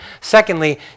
Secondly